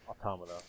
Automata